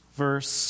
Verse